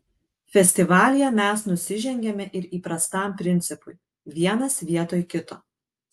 festivalyje mes nusižengiame ir įprastam principui vienas vietoj kito